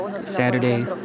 Saturday